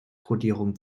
kodierung